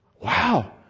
Wow